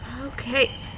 Okay